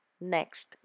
next